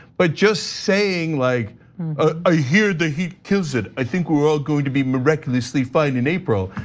but just saying like a here the heat kills it i think we're all going to be miraculously finding april,